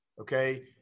Okay